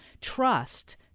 trust